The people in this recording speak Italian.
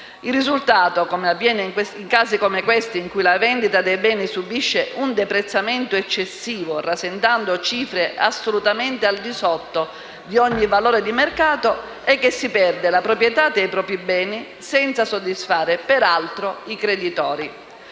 Il risultato, come avviene in casi come questo in cui la vendita dei beni subisce un deprezzamento eccessivo rasentando cifre assolutamente al di sotto di ogni valore di mercato, è che si perda la proprietà dei propri beni senza soddisfare, peraltro, i creditori.